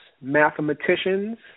mathematicians